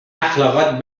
اخلاقات